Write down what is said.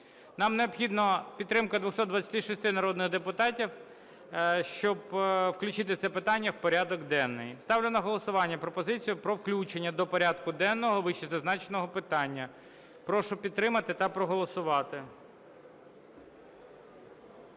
Нам необхідна підтримка 226 народних депутатів, щоб включити це питання в порядок денний. Ставлю на голосування пропозицію про включення до порядку денного вищезазначеного питання. Прошу підтримати та проголосувати.